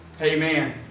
Amen